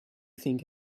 think